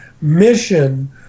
mission